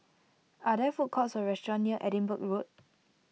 are there food courts or restaurants near Edinburgh Road